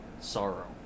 sorrow